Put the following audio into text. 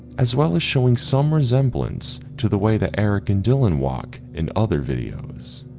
as well as showing some resemblance to the way that eric and dylan walk in other videos.